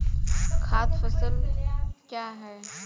खाद्य फसल क्या है?